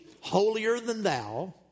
holier-than-thou